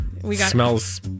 Smells